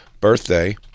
birthday